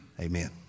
amen